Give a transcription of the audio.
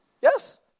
Yes